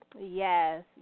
Yes